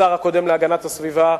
השר הקודם להגנת הסביבה,